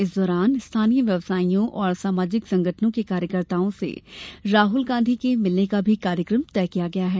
इस दौरान स्थानीय व्यवसाइयों और सामाजिक संगठनों के कार्यकर्ताओं से राहुल गांधी के मिलने का भी कार्यक्रम तय किया गया हैं